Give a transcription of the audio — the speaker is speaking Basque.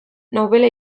nobela